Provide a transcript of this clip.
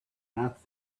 not